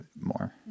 more